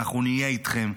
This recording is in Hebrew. אנחנו נהיה איתכם,